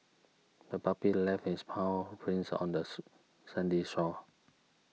the puppy left its paw prints on the sandy shore